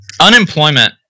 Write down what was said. unemployment